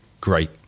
great